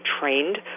trained